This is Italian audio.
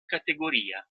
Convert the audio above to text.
categoria